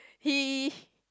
he